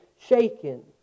shaken